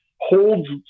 holds